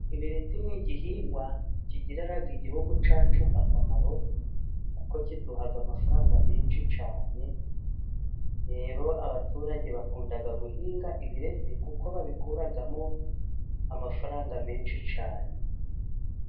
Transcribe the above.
Ibireti ni igihingwa kigirira igihugu cyacu akamaro kuko kiduha amafaranga menshi cyane, rero abaturage bakunda guhinga ibireti kuko babikuramo amafaranga menshi cyane.